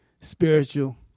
Spiritual